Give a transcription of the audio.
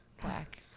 Black